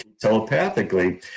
telepathically